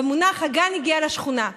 במונח "הגן הגיע לשכונה",